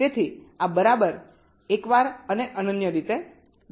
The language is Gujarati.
તેથી આ બરાબર એકવાર અને અનન્ય રીતે દેખાશે